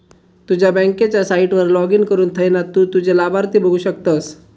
तुझ्या बँकेच्या साईटवर लाॅगिन करुन थयना तु तुझे लाभार्थी बघु शकतस